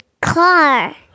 car